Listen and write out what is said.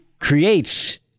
creates